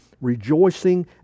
rejoicing